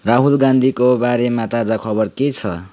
राहुल गान्धीको बारेमा ताजा खबर के छ